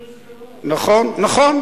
נכון,